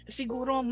Siguro